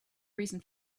reason